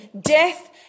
death